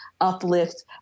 uplift